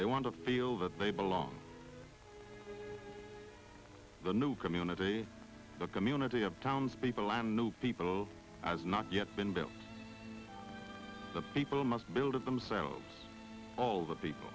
they want to feel that they belong the new community the community of townspeople and new people as not yet been built the people must build it themselves all the people